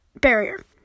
barrier